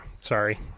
sorry